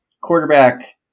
quarterback